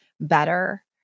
better